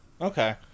Okay